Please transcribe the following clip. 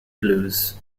blues